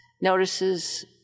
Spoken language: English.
notices